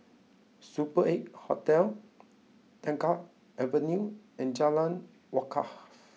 super eight Hotel Tengah Avenue and Jalan Wakaff